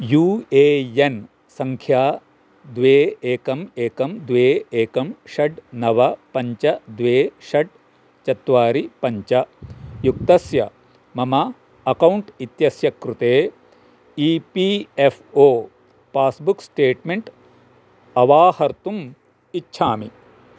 you A N सङ्ख्या द्वे एकम् एकं द्वे एकं षट् नव पञ्च द्वे षट् चत्वारि पञ्च युक्तस्य मम अकौण्ट् इत्यस्य कृते E P F O passbook statement अवाहर्तुम् इच्छामि